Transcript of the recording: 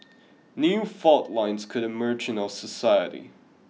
new fault lines could emerge in our society